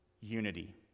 Unity